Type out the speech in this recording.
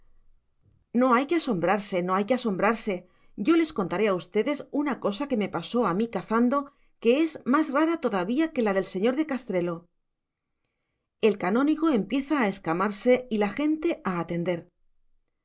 no hay que asombrarse no hay que asombrarse yo les contaré a ustedes una cosa que me pasó a mí cazando que es más rara todavía que la del señor de castrelo el canónigo empieza a escamarse y la gente a atender